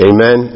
Amen